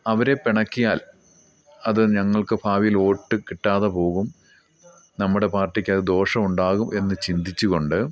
അവരെ പിണക്കിയാൽ അത് ഞങ്ങൾക്ക് ഭാവിയിൽ വോട്ട് കിട്ടാതെ പോകും നമ്മുടെ പാർട്ടിക്ക് അത് ദോഷം ഉണ്ടാകും എന്നു ചിന്തിച്ചു കൊണ്ട്